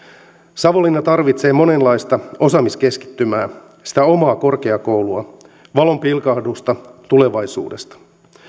savonlinna tarvitsee monenlaista osaamiskeskittymää sitä omaa korkeakoulua valon pilkahdusta tulevaisuudesta